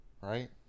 right